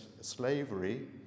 slavery